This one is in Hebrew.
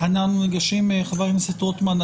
חבר הכנסת רוטמן,